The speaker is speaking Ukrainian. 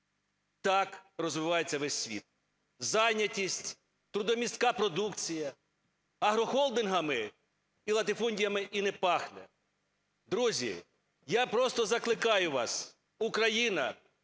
Так розвивається весь світ. Зайнятість, трудомістка продукція. Агрохолдингами і латифундіями і не пахне. Друзі, я просто закликаю вас. Україна,